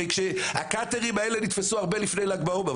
הרי הקאטרים האלה נתפסו הרבה לפני ל"ג בעומר,